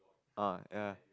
uh ya